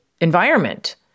environment